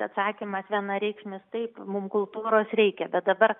atsakymas vienareikšmis taip mum kultūros reikia bet dabar